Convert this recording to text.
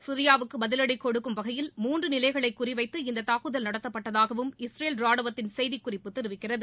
சிரியாவுக்கு பதிவடி கொடுக்கும் வகையில் மூன்று நிலைகளை குறிவைத்து இந்த தாக்குதல் நடத்தப்பட்டதாகவும் இஸ்ரேல் ராணுவத்தின் செய்திக் குறிப்பு தெரிவிக்கிறது